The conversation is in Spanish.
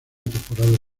temporada